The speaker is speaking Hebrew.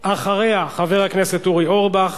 אחריה, חבר הכנסת אורי אורבך,